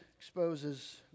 exposes